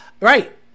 right